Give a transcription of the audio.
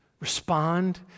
Respond